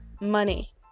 money